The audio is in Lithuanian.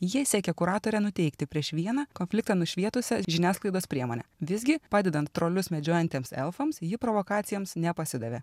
jie siekė kuratorę nuteikti prieš vieną konfliktą nušvietusią žiniasklaidos priemonę visgi padedant trolius medžiojantiems elfams ji provokacijoms nepasidavė